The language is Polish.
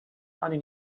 ani